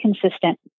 consistent